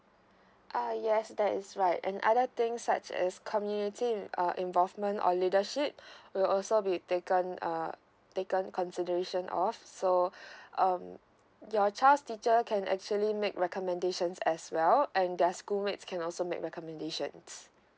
uh yes that is right and other things such as community uh involvement or leadership will also be taken uh taken consideration of so um your child's teacher can actually make recommendations as well and their schoolmates can also make recommendations